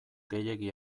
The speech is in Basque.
gehiegi